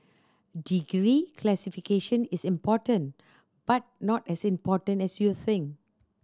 degree classification is important but not as important as you think